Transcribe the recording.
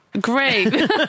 great